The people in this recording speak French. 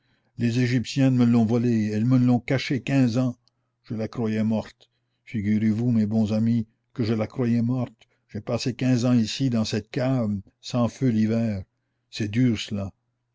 les égyptiennes me l'ont volée elles me l'ont cachée quinze ans je la croyais morte figurez-vous mes bons amis que je la croyais morte j'ai passé quinze ans ici dans cette cave sans feu l'hiver c'est dur cela